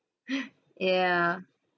yeah